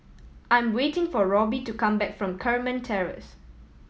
I'm waiting for Robby to come back from Carmen Terrace